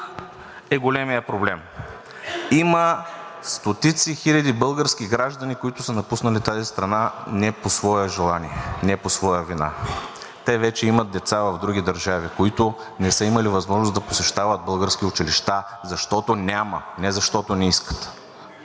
е големият проблем. Има стотици хиляди български граждани, които са напуснали тази страна не по свое желание, не по своя вина. Те вече имат деца в други държави, които не са имали възможност да посещават български училища, защото няма, не защото не искат.